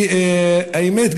והאמת,